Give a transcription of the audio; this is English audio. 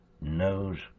knows